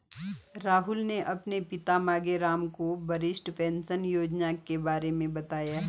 राहुल ने अपने पिताजी मांगेराम को वरिष्ठ पेंशन योजना के बारे में बताया